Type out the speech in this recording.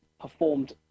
performed